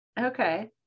Okay